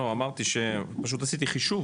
אמרתי שפשוט עשיתי חישוב,